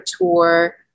tour